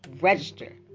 Register